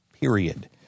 period